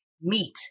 meat